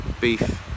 beef